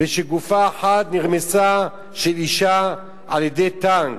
ושגופה אחת של אשה נרמסה על-ידי טנק.